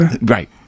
right